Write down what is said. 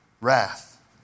wrath